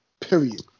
Period